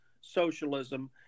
socialism